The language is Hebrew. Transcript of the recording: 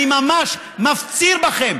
אני ממש מפציר בכם,